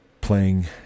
playing